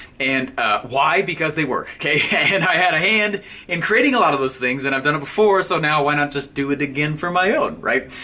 and ah why? because they work. kay and i had a hand in creating a lot of those things, and i've done it before so now, why not just do it again for my own, right?